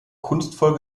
kunstvoll